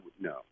no